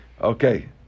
Okay